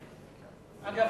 אגב,